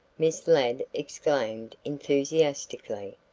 miss ladd exclaimed enthusiastically.